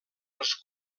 els